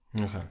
Okay